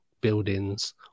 buildings